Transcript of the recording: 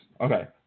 Okay